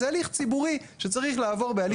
זה הליך ציבורי שצריך לעבור בהליך תכנוני.